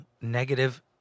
negative